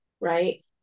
Right